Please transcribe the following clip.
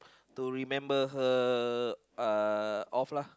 to remember her uh off lah